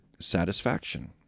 satisfaction